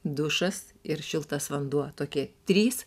dušas ir šiltas vanduo tokie trys